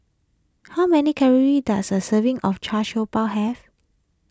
how many calories does a serving of Char Siew Bao have